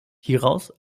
hieraus